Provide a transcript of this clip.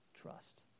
Trust